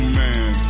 man